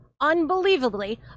Unbelievably